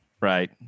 right